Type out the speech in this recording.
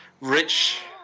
rich